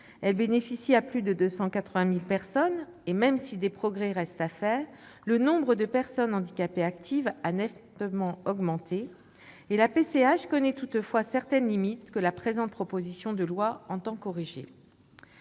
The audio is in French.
elle bénéficie à plus de 284 000 personnes et, même si des progrès restent à faire, le nombre de personnes handicapées actives a nettement augmenté. La PCH connaît toutefois certaines limites, que la présente proposition de loi entend corriger.